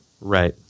Right